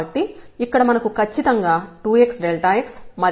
కాబట్టి ఇక్కడ మనకు ఖచ్చితంగా 2xx మరియు x2 లు ఉంటాయి